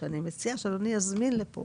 שאני מציעה שאדוני יזמין לפה